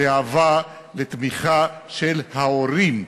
לאהבה ולתמיכה של ההורים,